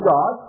God